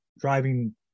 driving